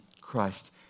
Christ